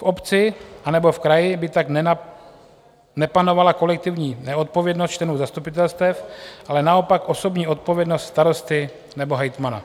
V obci anebo v kraji by tak nepanovala kolektivní neodpovědnost členů zastupitelstev, ale naopak osobní odpovědnost starosty nebo hejtmana.